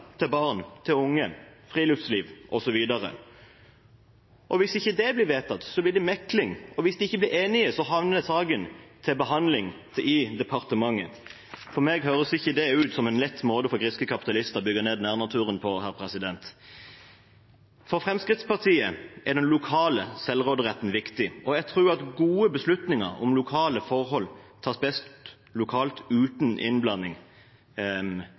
til barn, unge, friluftsliv osv. Hvis det ikke blir vedtatt, blir det mekling, og hvis de ikke blir enige, havner saken til behandling i departementet. For meg høres ikke dette ut som en lett måte for griske kapitalister å bygge ned nærnaturen på. For Fremskrittspartiet er den lokale selvråderetten viktig, og jeg tror at gode beslutninger om lokale forhold tas best lokalt, uten innblanding